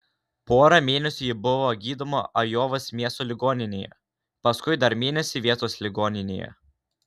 porą mėnesių ji buvo gydoma ajovos miesto ligoninėje paskui dar mėnesį vietos ligoninėje